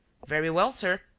very well, sir.